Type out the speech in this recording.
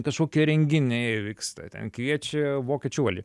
kažkokie renginiai vyksta ten kviečia vokiečių valdžią